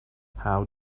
how